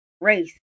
race